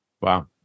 Wow